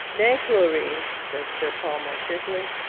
nay, chlorine said sir paul more cheerfully,